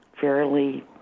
fairly